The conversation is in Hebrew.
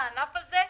נכון, הענף הזה,